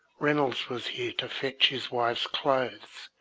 reynolds was here to fetch his wife's clothes,